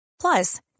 plus